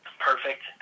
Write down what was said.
perfect